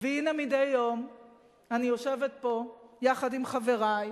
והנה, מדי יום אני יושבת פה, יחד עם חברי,